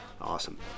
Awesome